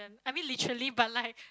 I mean literally but like